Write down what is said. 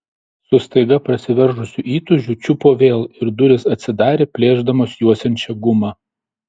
su staiga prasiveržusiu įtūžiu čiupo vėl ir durys atsidarė plėšdamos juosiančią gumą